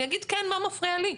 אני אגיד כן מה מפריע לי.